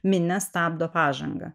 minia stabdo pažangą